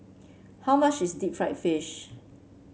how much is Deep Fried Fish